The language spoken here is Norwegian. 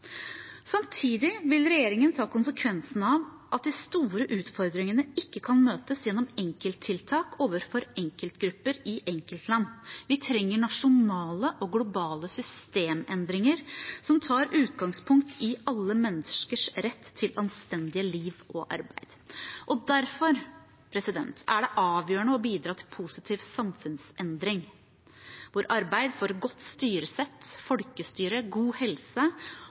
Samtidig vil regjeringen ta konsekvensen av at de store utfordringene ikke kan møtes gjennom enkelttiltak overfor enkeltgrupper i enkeltland. Vi trenger nasjonale og globale systemendringer som tar utgangspunkt i alle menneskers rett til et anstendig liv og arbeid. Derfor er det avgjørende å bidra til positiv samfunnsendring hvor arbeid for godt styresett, folkestyre, god helse